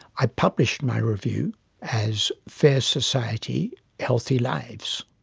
i published my review as fair society healthy lives.